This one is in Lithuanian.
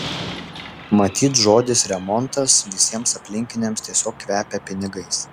matyt žodis remontas visiems aplinkiniams tiesiog kvepia pinigais